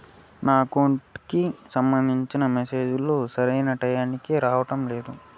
నా అకౌంట్ కి సంబంధించిన మెసేజ్ లు సరైన టైముకి రావడం లేదు